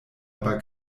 aber